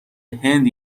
هند